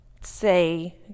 say